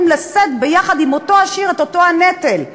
לשאת ביחד עם אותו עשיר את אותו הנטל,